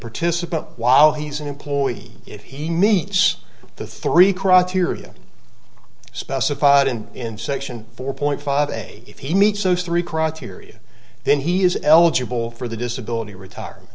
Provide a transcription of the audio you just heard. participant while he's an employee if he meets the three criteria specified in in section four point five a if he meets those three criteria then he is eligible for the disability retire